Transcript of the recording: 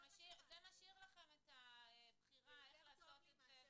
זה משאיר לכם את הבחירה איך לעשות את זה.